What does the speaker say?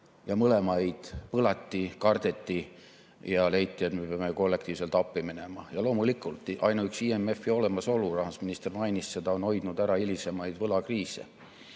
Mõlemaid põlati, kardeti ja leiti, et me peame kollektiivselt appi minema. Ja loomulikult, ainuüksi IMF‑i olemasolu, rahandusminister mainis seda, on hoidnud ära hilisemaid võlakriise.